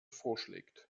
vorschlägt